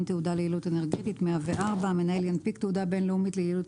תעודה ליעילות אנרגטית המנהל ינפיק תעודה בין-לאומית ליעילות